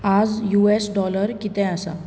आज U S dollar कितें आसा